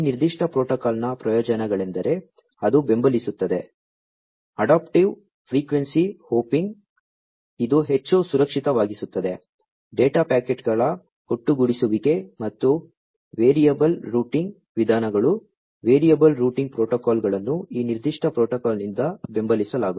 ಈ ನಿರ್ದಿಷ್ಟ ಪ್ರೋಟೋಕಾಲ್ನ ಪ್ರಯೋಜನಗಳೆಂದರೆ ಅದು ಬೆಂಬಲಿಸುತ್ತದೆ ಅಡಾಪ್ಟಿವ್ ಫ್ರೀಕ್ವೆನ್ಸಿ ಹೋಪಿಂಗ್ ಇದು ಹೆಚ್ಚು ಸುರಕ್ಷಿತವಾಗಿಸುತ್ತದೆ ಡೇಟಾ ಪ್ಯಾಕೆಟ್ಗಳ ಒಟ್ಟುಗೂಡಿಸುವಿಕೆ ಮತ್ತು ವೇರಿಯಬಲ್ ರೂಟಿಂಗ್ ವಿಧಾನಗಳು ವೇರಿಯಬಲ್ ರೂಟಿಂಗ್ ಪ್ರೋಟೋಕಾಲ್ಗಳನ್ನು ಈ ನಿರ್ದಿಷ್ಟ ಪ್ರೋಟೋಕಾಲ್ನಿಂದ ಬೆಂಬಲಿಸಲಾಗುತ್ತದೆ